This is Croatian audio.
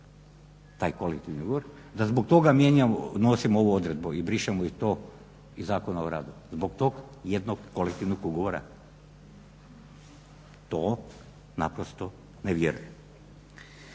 taj kolektivni ugovor. Da zbog toga mijenjamo, donosimo ovu odredbu i brišemo i to iz Zakona o radu. Zbog tog jednog kolektivnog ugovora? To naprosto ne vjerujem.